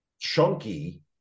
chunky